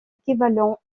équivalent